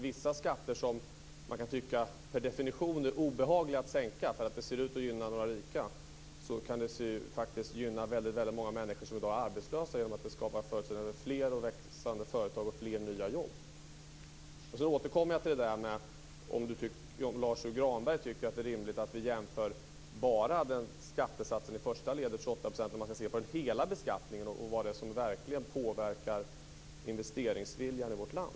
Vissa skatter som man kan tycka per definition är obehagliga att sänka, därför att det ser ut att gynna de rika, faktiskt kan gynna väldigt många människor som i dag är arbetslösa i och med att det skapar förutsättningar för fler och växande företag och fler nya jobb. Tycker Lars U Granberg att det är rimligt att vi bara jämför skattesatsen 28 % i första ledet, eller skall vi se på hela beskattningen och vad det är som verkligen påverkar investeringsviljan i vårt land?